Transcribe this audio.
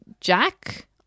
Jack